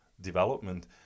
development